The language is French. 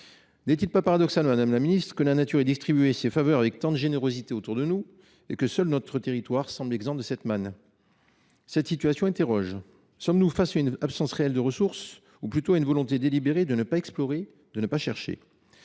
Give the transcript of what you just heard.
N’est il pas paradoxal, madame la secrétaire d’État, que la nature ait distribué ses faveurs avec tant de générosité autour de nous et que seul notre territoire semble exempt de cette manne ? Cette situation interroge : sommes nous face à une absence réelle de ressources ou plutôt à une volonté délibérée de ne pas explorer, de ne pas chercher ?